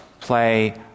play